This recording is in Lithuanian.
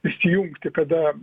išsijungti kada